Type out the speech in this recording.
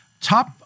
top